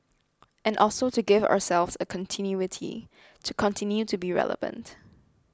and also to give ourselves a continuity to continue to be relevant